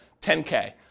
10K